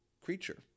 creature